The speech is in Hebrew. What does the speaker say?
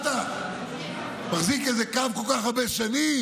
אתה מחזיק איזה קו כל כך הרבה שנים?